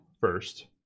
first